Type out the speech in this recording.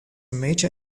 major